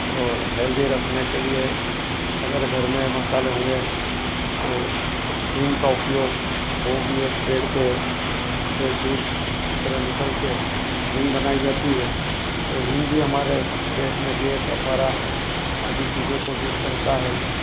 और हेल्दी रखने के लिए अगर घर में मसाले होंगे तो हींग का उपयोग वो भी एक पेड़ के से दूध की तरह निकाल कर हींग बनाई जाती है और हींग भी हमारे पेट में गैस अपहरा आदि चीजों को दूर करता है